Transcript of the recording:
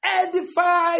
Edifies